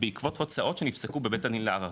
בעקבות הוצאות שנפסקו בבית דין לערערים,